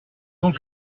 donc